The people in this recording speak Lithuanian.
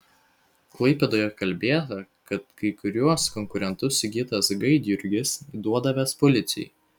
klaipėdoje kalbėta kad kai kuriuos konkurentus sigitas gaidjurgis įduodavęs policijai